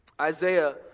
Isaiah